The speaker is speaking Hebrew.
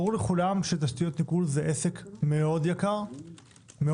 ברור לכולם שתשתיות ניקוז הן עסק מאוד יקר וחשוב.